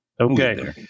Okay